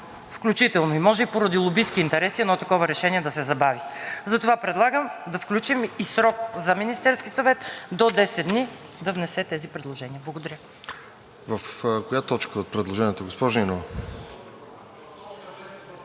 включително може и поради лобистки интереси едно такова решение да се забави. Затова предлагам да включим и срок за Министерския съвет до 10 дни да внесе тези предложения. Благодаря. ПРЕДСЕДАТЕЛ РОСЕН ЖЕЛЯЗКОВ: В коя точка от предложението, госпожо